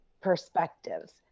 perspectives